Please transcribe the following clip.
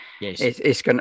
Yes